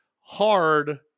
hard